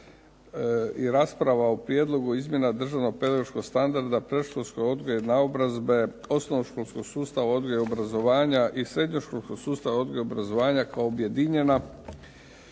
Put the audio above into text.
i rasprava o prijedlogu izmjena državnog pedagoškog standarda predškolskog odgoja i naobrazbe, osnovnoškolskog sustava odgoja i obrazovanja i srednjoškolskog sustava odgoja i obrazovanja kao objedinjena